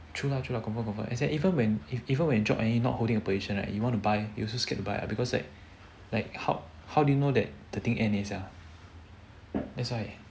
true lah true lah confirm confirm as in even when if even we drop and we not holding a position right and you want to buy you also scared to buy because it like how how do you know that the thing end eh sia that's why